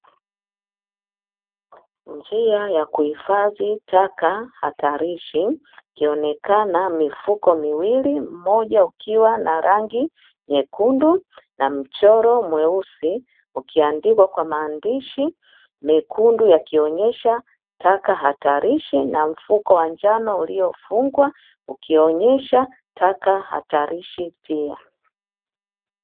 Njia ya kuhifadhi taka hatarishi; ikionekana mifuko miwili, mmoja ukiwa na rangi nyekundu na mchoro mweusi ukiandikwa kwa maandishi mekundu yakionyesha taka hatarishi na mfuko wa njano uliofungwa ukionyesha taka hatarishi pia.